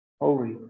Holy